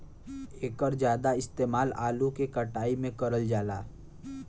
एकर जादा इस्तेमाल आलू के कटाई में करल जाला